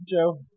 Joe